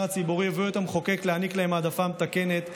הציבורי הביאו את המחוקק להעניק להן העדפה מתקנת,